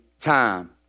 time